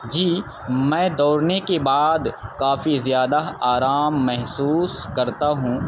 جی میں دوڑنے کے بعد کافی زیادہ آرام محسوس کرتا ہوں